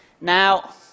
Now